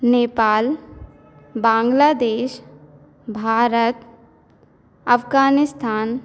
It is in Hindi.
नेपाल बांग्लादेश भारत अफ़गानिस्तान